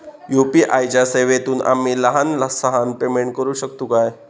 UPI च्या सेवेतून आम्ही लहान सहान पेमेंट करू शकतू काय?